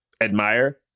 Admire